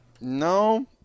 No